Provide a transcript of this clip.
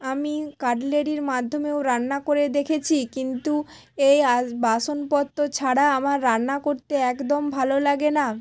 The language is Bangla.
আমি কাটলেরির মাধ্যমেও রান্না করে দেখেছি কিন্তু এই বাসনপত্র ছাড়া আমার রান্না করতে একদম ভালো লাগে না